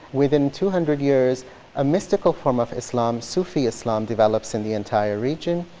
within two hundred years a mystical form of islam, sufi islam develops in the entire region.